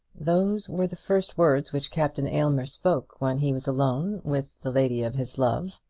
those were the first words which captain aylmer spoke when he was alone with the lady of his love.